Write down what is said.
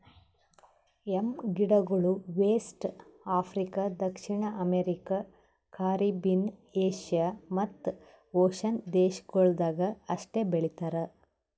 M ಗಿಡಗೊಳ್ West Africa, ದಕ್ಷಿಣ America, Caribbean, Asia ಮತ್ತ್ ಓಷನ್ನ ದೇಶಗೊಳ್ದಾಗ್ ಅಷ್ಟೆ ಬೆಳಿತಾರ್